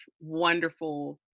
wonderful